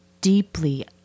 deeply